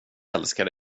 älskar